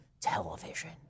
television